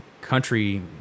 country